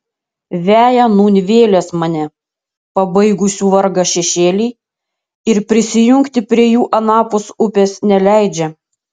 veja nūn vėlės mane pabaigusių vargą šešėliai ir prisijungti prie jų anapus upės neleidžia